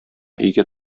өйгә